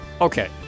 Okay